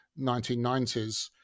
1990s